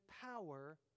power